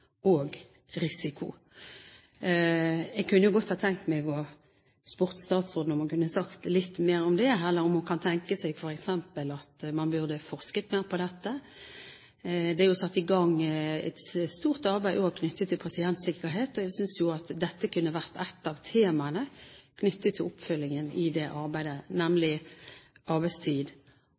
og risiko. Jeg kunne godt ha tenkt meg å spørre statsråden om hun kunne si litt mer om det, og om hun kanskje kan tenke seg at man kunne forske mer på dette. Det er jo satt i gang et stort arbeid, også knyttet til pasientsikkerhet, og jeg synes at dette kunne vært et av temaene knyttet til oppfyllingen av det arbeidet, nemlig arbeidstid